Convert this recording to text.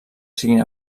siguin